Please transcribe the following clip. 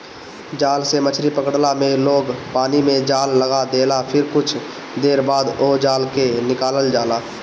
जाल से मछरी पकड़ला में लोग पानी में जाल लगा देला फिर कुछ देर बाद ओ जाल के निकालल जाला